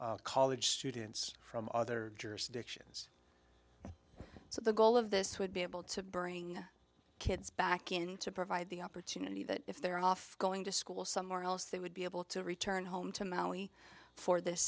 students from other jurisdictions so the goal of this would be able to bring kids back into provide the opportunity that if they're off going to school somewhere else they would be able to return home to maui for this